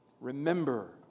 Remember